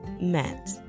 met